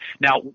Now